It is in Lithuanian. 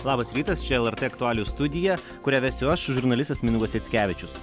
labas rytas čia lrt aktualijų studija kurią vesiu aš žurnalistas mindaugas jackevičius